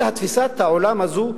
אלא תפיסת העולם הזו,